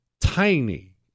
tiny